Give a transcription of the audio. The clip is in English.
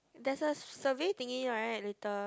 there's a survey thingy right later